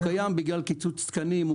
הוא קיים בגלל קיצוץ תקנים,